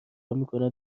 میکند